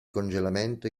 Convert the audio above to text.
congelamento